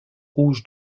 rouge